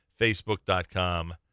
Facebook.com